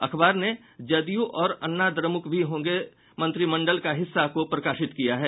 अखबार ने जदयू और अन्नाद्रमुक भी होंगे मंत्रिमंडल का हिस्सा को प्रकाशित किया है